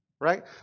right